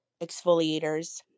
exfoliators